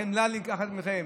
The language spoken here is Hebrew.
החמלה נלקחה מכם.